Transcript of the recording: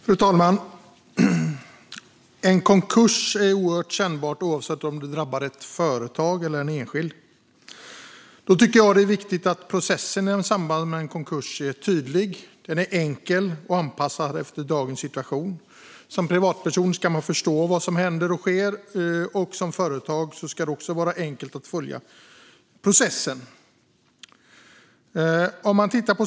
Fru talman! En konkurs är oerhört kännbar oavsett om den drabbar ett företag eller en enskild. Då är det viktigt att processen i samband med en konkurs är tydlig, enkel och anpassad efter dagens situation. Som privatperson ska man förstå vad som händer och sker, och som företag ska det också vara enkelt att följa processen.